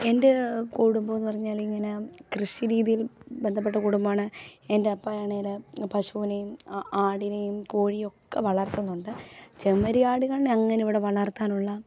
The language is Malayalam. എൻ്റെ കുടുംബമൊന്ന് പറഞ്ഞാൽ ഇങ്ങനെ കൃഷി രീതിയിൽ ബന്ധപ്പെട്ടു കുടുംബമാണ് എൻ്റെ അപ്പയാണെങ്കിൽ പശുനെയും ആടിനേയും കോഴിയൊക്കെ വളർത്തുന്നുണ്ട് ചെമ്പരിയാടുകൾ അങ്ങനെ ഇവിടെ വളർത്താനുള്ള